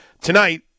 Tonight